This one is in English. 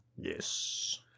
Yes